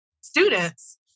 students